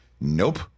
Nope